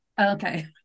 okay